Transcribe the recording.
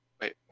Wait